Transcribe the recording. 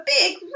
big